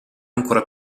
ancora